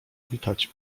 witać